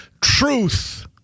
truth